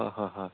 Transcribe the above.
হয় হ হয়